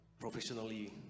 professionally